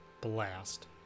blast